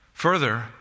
Further